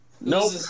Nope